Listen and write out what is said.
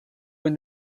when